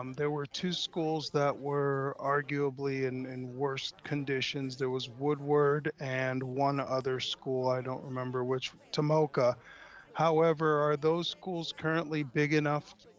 um there were two schools that were arguably and in worst conditions, there was woodward and one other school. i don't remember which tomoka however, are those schools currently big enough